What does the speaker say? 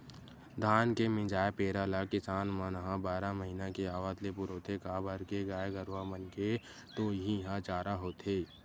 धान के मिंजाय पेरा ल किसान मन ह बारह महिना के आवत ले पुरोथे काबर के गाय गरूवा मन के तो इहीं ह चारा होथे